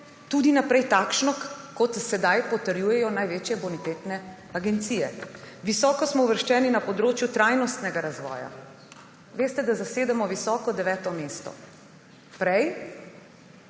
tudi vnaprej takšno, kot ga sedaj potrjujejo največje bonitetne agencije. Visoko smo uvrščeni na področju trajnostnega razvoja. Veste, da zasedamo visoko 9 mesto. Prej